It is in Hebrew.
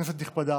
כנסת נכבדה,